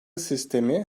sistemi